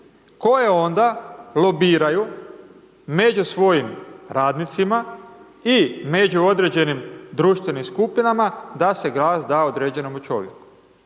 koje onda lobiraju među svojim radnicima i među određenim društvenim skupinama da se glas određenom čovjeku